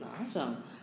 Awesome